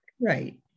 Right